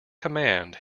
command